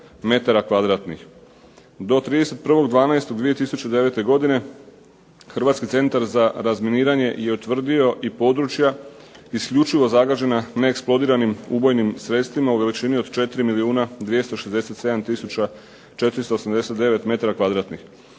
Do 31.12.2009. godine Hrvatski centar za razminiranje je utvrdio i područja isključivo zagađenim neeksplodiranim ubojnim sredstvima u veličini od 4